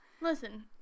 Listen